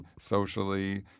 socially